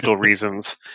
reasons